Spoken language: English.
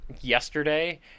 yesterday